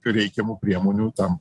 reikiamų priemonių tam